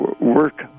work